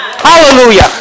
Hallelujah